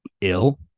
ill